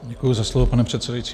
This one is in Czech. Děkuji za slovo, pane předsedající.